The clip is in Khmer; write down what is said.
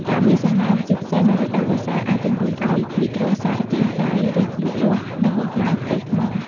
ការមានសំណើម ជាពិសេសនៅរដូវវស្សា អាចជំរុញឱ្យមីក្រូសារពាង្គកាយរីកលូតលាស់ និងបំផ្លាញផ្ទៃថ្ម។